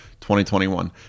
2021